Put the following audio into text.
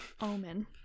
omen